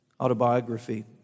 autobiography